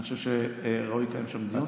אני חושב שראוי לקיים שם דיון.